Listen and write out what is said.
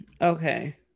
okay